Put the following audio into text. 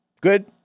good